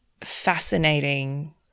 fascinating